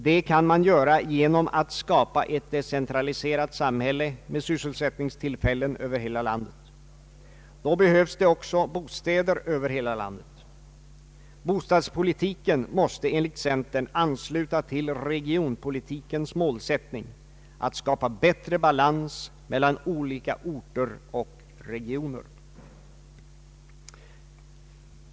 Detta kan man göra genom att skapa ett decentraliserat samhälle med sysselsättningstillfällen över hela landet. Då behövs det också bostäder över hela landet. Bostadspolitiken bör enligt centerns uppfattning ansluta till regionpolitikens målsättning att skapa bättre balans mellan olika orter och regioner.